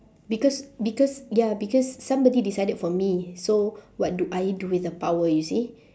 because because ya because somebody decided for me so what do I do with the power you see